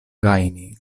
gajni